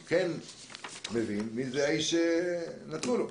הוא מבין מי האיש שנתנו לו.